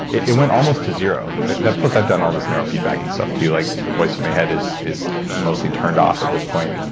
it it went almost to zero plus i've done all this neural feedback and stuff too. like the voice in my head is is mostly turned off at this point